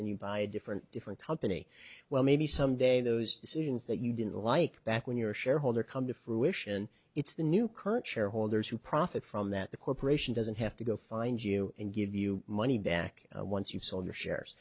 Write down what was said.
and you buy a different different company well maybe some day those decisions that you didn't like back when your shareholder come to fruition it's the new current shareholders who profit from that the corporation doesn't have to go find you and give you money back once you've sold your shares